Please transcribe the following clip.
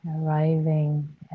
arriving